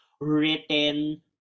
written